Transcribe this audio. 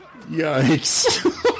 Yikes